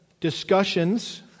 discussions